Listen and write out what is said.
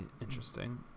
interesting